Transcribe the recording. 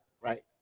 right